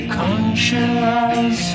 conscious